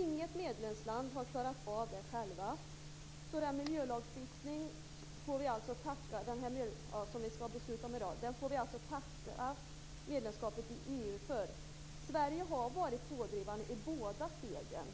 Inget medlemsland har klarat av detta, så den miljölagstiftning som vi skall besluta om i dag får vi alltså tacka medlemskapet i EU för. Sverige har varit pådrivande i båda stegen,